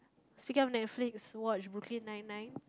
speaking of Netflix you watch brooklyn nine nine